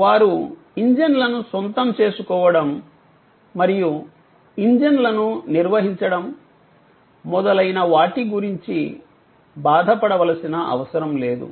వారు ఇంజిన్లను సొంతం చేసుకోవడం మరియు ఇంజిన్లను నిర్వహించడం మొదలైన వాటి గురించి బాధపడవలసిన అవసరం లేదు